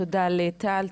תודה לטל,